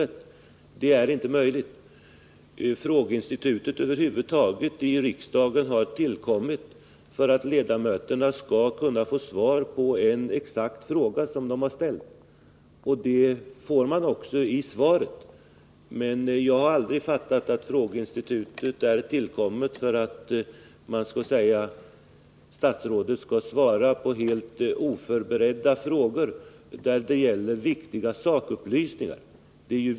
Det är inte möjligt. Frågeinstitutet i riksdagen har tillkommit för att ledamöterna skall kunna få svar på en exakt fråga som de har ställt, och det får man i svaret. Men jag har aldrig fattat att frågeinstitutet innebär att statsrådet helt oförberedd skall lämna viktiga sakupplysningar.